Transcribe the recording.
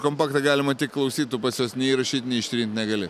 kompaktą galima tik klausyt tu pats jos nei įrašyt nei ištrint negali